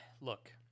look